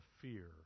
fear